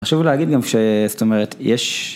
חשוב להגיד גם ש...זאת אומרת יש.